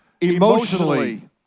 emotionally